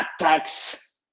attacks